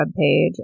webpage